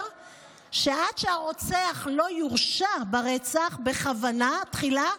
שעד שהרוצח לא יורשע ברצח בכוונה תחילה,